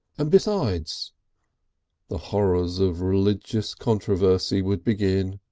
and besides the horrors of religious controversy would begin.